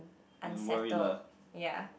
unsettled ya